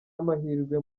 amahirwe